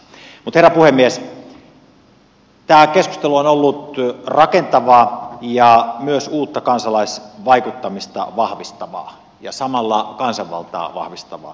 mutta herra puhemies tämä keskustelu on ollut rakentavaa ja myös uutta kansalaisvaikuttamista vahvistavaa ja samalla kansanvaltaa vahvistavaa